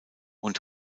und